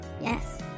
yes